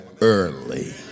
early